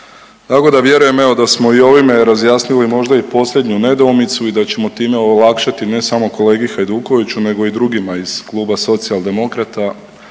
Tako da vjerujem evo da smo i ovime razjasnili možda i posljednju nedoumicu i da ćemo time olakšati ne samo kolegi Hajdukoviću nego i drugima iz Kluba Socijaldemokrata